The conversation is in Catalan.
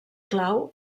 clau